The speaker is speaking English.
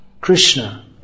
Krishna